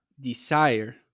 desire